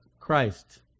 Christ